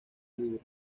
libre